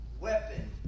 weapon